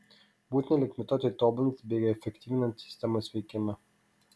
būtina legitimuoti tobulinant bei efektyvinant sistemos veikimą